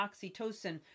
oxytocin